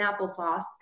applesauce